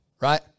right